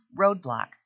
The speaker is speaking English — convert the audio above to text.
roadblock